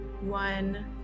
One